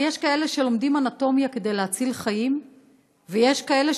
יש כאלה שלומדים אנטומיה כדי להציל חיים ויש כאלה